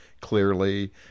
clearly